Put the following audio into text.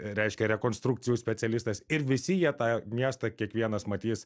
reiškia rekonstrukcijų specialistas ir visi jie tą miestą kiekvienas matys